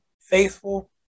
faithful